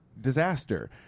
disaster